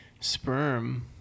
Sperm